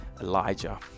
Elijah